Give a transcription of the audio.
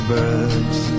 birds